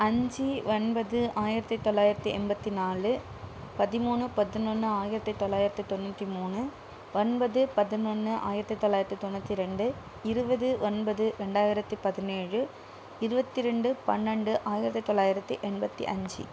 அஞ்சு ஒன்பது ஆயிரத்தி தொள்ளாயிரத்தி எண்பத்தி நாலு பதிமூணு பதினொன்று ஆயிரத்தி தொள்ளாயிரத்தி தொண்ணூற்றி மூணு ஒன்பது பதினொன்று ஆயிரத்தி தொள்ளாயிரத்தி தொண்ணூற்றி ரெண்டு இருபது ஒன்பது ரெண்டாயிரத்தி பதினேழு இருபத்தி ரெண்டு பன்னெண்டு ஆயிரத்தி தொள்ளாயிரத்தி எண்பத்தி அஞ்சு